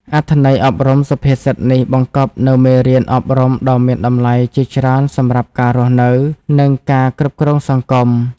អត្ថន័យអប់រំសុភាសិតនេះបង្កប់នូវមេរៀនអប់រំដ៏មានតម្លៃជាច្រើនសម្រាប់ការរស់នៅ និងការគ្រប់គ្រងសង្គម។